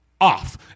off